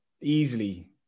easily